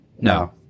no